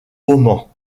oman